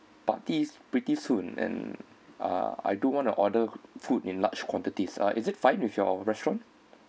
party pretty soon and uh I don't want to order food in large quantities uh is it fine with your restaurant